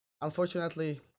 Unfortunately